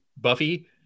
Buffy